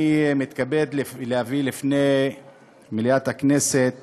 אני מתכבד להביא לפני מליאת הכנסת